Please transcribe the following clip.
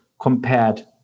compared